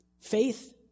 Faith